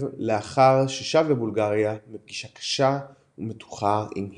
לאחר ששב לבולגריה מפגישה קשה ומתוחה עם היטלר.